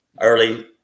early